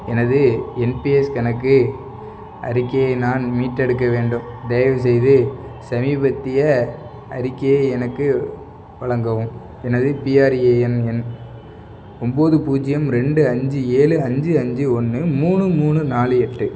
எனது என்பிஎஸ் கணக்கு அறிக்கையை நான் மீட்டெடுக்க வேண்டும் தயவுசெய்து சமீபத்திய அறிக்கையை எனக்கு வழங்கவும் எனது பிஆர்ஏஎன் எண் ஒன்போது பூஜ்யம் ரெண்டு அஞ்சு ஏழு அஞ்சு அஞ்சு ஒன்று மூணு மூணு நாலு எட்டு